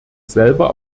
selber